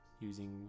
Using